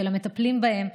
של המטפלים בהם,